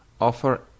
offer